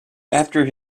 after